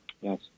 Yes